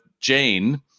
Jane